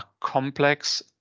complex